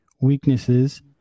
weaknesses